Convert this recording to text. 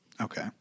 okay